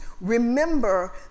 Remember